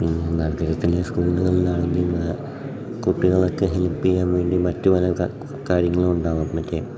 പിന്നെ നഗരത്തിലെ സ്കൂളുകളിൽ ആണെങ്കിൽ കുട്ടികൾ ഒക്കെ ഹെൽപ്പ് ചെയ്യാൻ വേണ്ടി മറ്റു പല കാര്യങ്ങളും ഉണ്ടാവും മറ്റേ